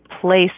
place